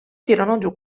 giù